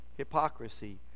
Hypocrisy